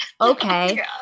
Okay